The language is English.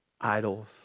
idols